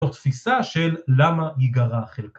זו תפיסה של למה היא גרה חלקה.